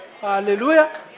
Hallelujah